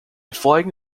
flying